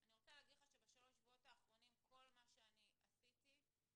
אני רוצה לומר לך שבשלושת השבועות האחרונים כל מה שעשיתי זה